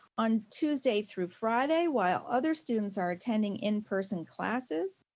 on tuesday through friday while other students are attending in-person classes,